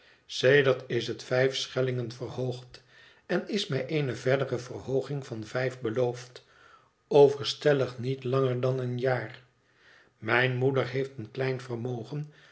is het vijf schellingen verhoogd en is mij eene verdere verhooging van vijf beloofd over stellig niet langer dan eenjaar mijne moeder heeft een klein vermogen